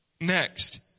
Next